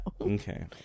Okay